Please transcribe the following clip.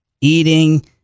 eating